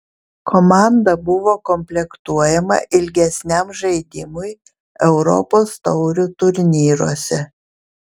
komanda buvo komplektuojama ilgesniam žaidimui europos taurių turnyruose